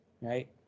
right